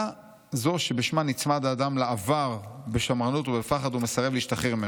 זו שבשמה נצמד האדם לעבר בשמרנות ופחד ומסרב להשתחרר ממנו.